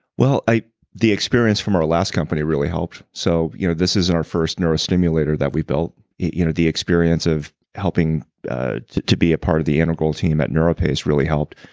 well, the experience from our last company really helped. so you know this isn't our first neurostimulator that we've built. you know the experience of helping to be a part of the integral team at neuro pace really helped.